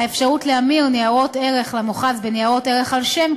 האפשרות להמיר ניירות ערך למוכ"ז בניירות ערך על-שם,